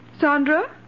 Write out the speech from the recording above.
Sandra